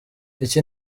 iki